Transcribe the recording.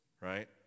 right